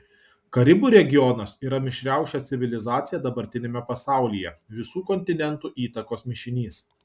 karibų regionas yra mišriausia civilizacija dabartiniame pasaulyje visų kontinentų įtakos mišinys